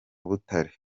butare